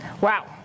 wow